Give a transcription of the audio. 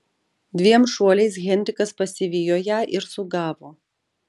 dviem šuoliais henrikas pasivijo ją ir sugavo